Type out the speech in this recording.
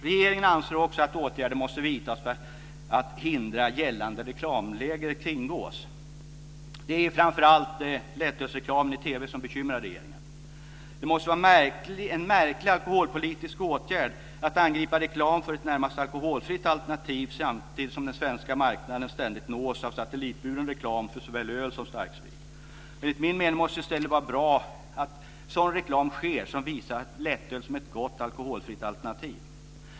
Regeringen anser också att åtgärder måste vidtas för att hindra att gällande reklamregler kringgås. Det är framför allt lättölsreklamen i TV som bekymrar regeringen. Det måste vara en märklig alkoholpolitisk åtgärd att angripa reklam för ett närmast alkoholfritt alternativ samtidigt som den svenska marknaden ständigt nås av satellitburen reklam för såväl öl som starksprit. Enligt min mening måste det i stället vara bra att sådan reklam finns som visar lättöl som ett gott alkoholfritt alternativ.